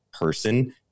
person